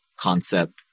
concept